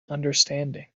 understanding